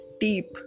deep